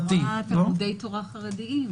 אני רואה תלמידי תורה חרדיים.